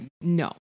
no